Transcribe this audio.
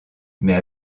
mais